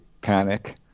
panic